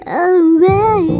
away